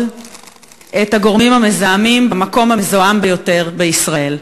את הגורמים המזהמים במקום המזוהם ביותר בישראל.